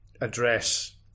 address